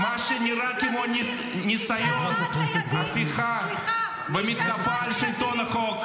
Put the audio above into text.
מה שנראה כמו ניסיון הפיכה במתקפה על שלטון החוק.